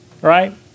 right